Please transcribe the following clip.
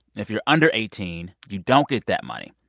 if you're under eighteen, you don't get that money.